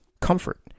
Comfort